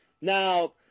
Now